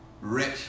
Rich